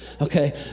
Okay